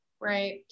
Right